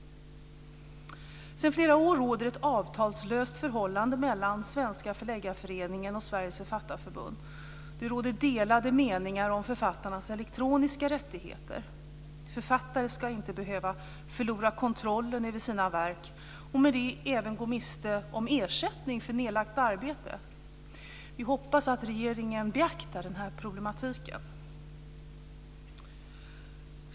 Sedan flera år råder ett avtalslöst förhållande mellan Svenska Förläggareföreningen och Sveriges Författarförbund. Det råder delade meningar om författarnas elektroniska rättigheter. Författare ska inte behöva förlora kontrollen över sina verk och med det även gå miste om ersättning för nedlagt arbete. Vi hoppas att regeringen beaktar denna problematik.